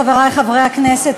חברי חברי הכנסת,